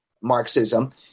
Marxism